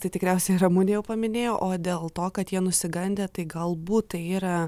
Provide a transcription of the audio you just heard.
tai tikriausiai ramunė jau paminėjo o dėl to kad jie nusigandę tai galbūt tai yra